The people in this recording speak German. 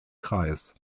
kreis